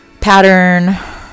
pattern